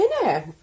dinner